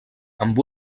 amb